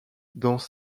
dans